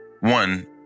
One